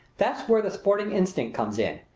that's where the sporting instinct comes in.